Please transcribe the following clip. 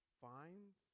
finds